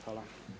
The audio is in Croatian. Hvala.